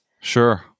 Sure